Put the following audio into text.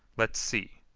let's see.